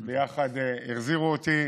וביחד החזירו אותי